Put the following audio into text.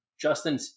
Justin